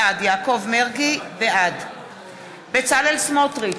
בעד בצלאל סמוטריץ,